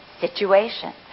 situation